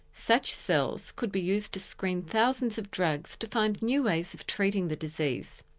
such cells could be used to screen thousands of drugs to find new ways of treating the disease.